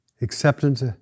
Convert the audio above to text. acceptance